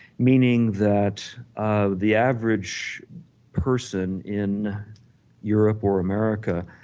meaning that ah the average person in europe or america